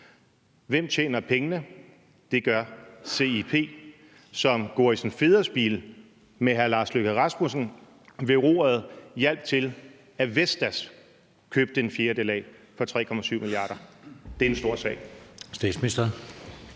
Hvem tjener pengene? Det gør CIP, som Gorrissen Federspiel med hr. Lars Løkke Rasmussen ved roret hjalp Vestas med at købe en fjerdedel af for 3,7 mia. kr. Det er en stor sag.